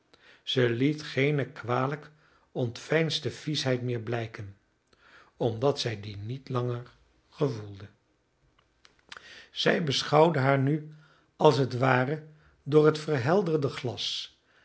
raken zij liet geene kwalijk ontveinsde viesheid meer blijken omdat zij die niet langer gevoelde zij beschouwde haar nu als het ware door het verhelderde glas